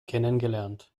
kennengelernt